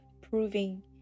proving